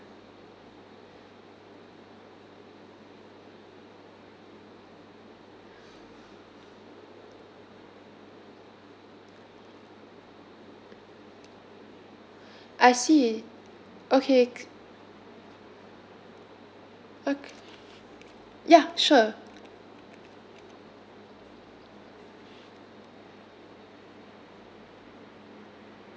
I see okay c~ o~ ya sure